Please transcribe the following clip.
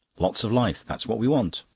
lots of life that's what we want.